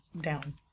down